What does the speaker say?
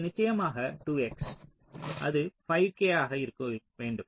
இது நிச்சயமாக 2 X அது 5 K ஆக இருக்க வேண்டும்